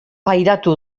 pairatu